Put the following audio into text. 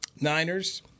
Niners